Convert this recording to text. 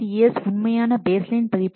SCCS உண்மையான baseline பதிப்பு 1